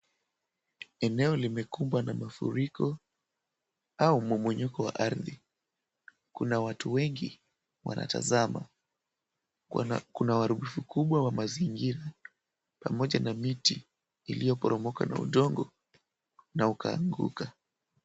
Eneo limekumbwa na mafuriko au mmomonyoko wa ardhi. Kuna watu wengi wanatazama, kuna uharibifu kubwa wa mazingira pamoja na miti iliyoporomoka na udongo na ukaanguka.